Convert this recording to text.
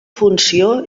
funció